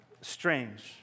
strange